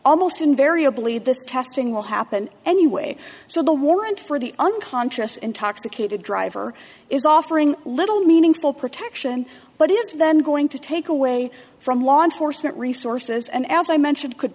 almost invariably this testing will happen anyway so the warrant for the unconscious intoxicated driver is offering little meaningful protection but is then going to take away from law enforcement resources and as i mentioned could